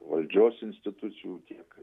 valdžios institucijų tiek